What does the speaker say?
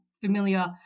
familiar